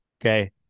Okay